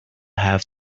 have